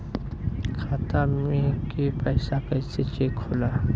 खाता में के पैसा कैसे चेक होला?